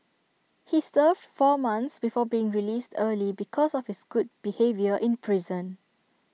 he served four months before being released early because of his good behaviour in prison